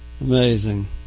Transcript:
Amazing